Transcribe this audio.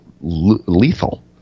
lethal